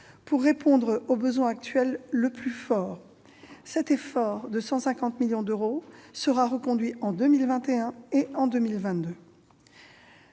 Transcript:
pour répondre au besoin actuel le plus fort. Cet effort de 150 millions d'euros sera reconduit en 2021 et en 2022.